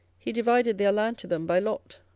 he divided their land to them by lot.